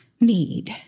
Need